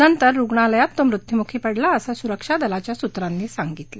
नंतर रुग्णालयात तो मृत्यूमुखी पडला असं सुरक्षा दलाच्या सुत्रांनी सांगितलं